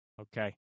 Okay